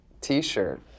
t-shirt